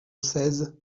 seize